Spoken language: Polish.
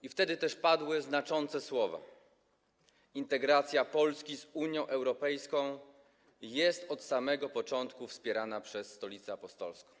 I wtedy też padły znaczące słowa: „Integracja Polski z Unią Europejską jest od samego początku wspierana przez Stolicę Apostolską”